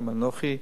גם אנוכי,